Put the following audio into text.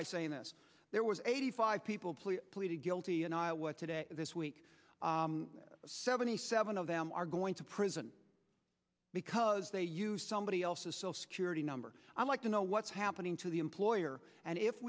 by saying this there was eighty five people plea pleaded guilty in iowa today this week seventy seven of them are going to prison because they use somebody else's cell security number i'd like to know what's happening to the employer and if